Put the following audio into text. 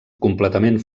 completament